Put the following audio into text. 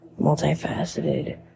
multifaceted